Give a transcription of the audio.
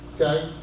Okay